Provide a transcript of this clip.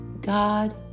God